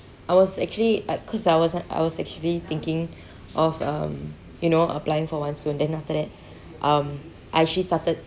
I was actually uh because I was a~ I was actually thinking of um you know applying for one soon then after that um I actually started